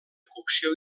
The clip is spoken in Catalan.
cocció